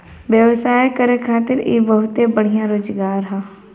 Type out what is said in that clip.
व्यवसाय करे खातिर इ बहुते बढ़िया रोजगार हौ